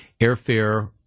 airfare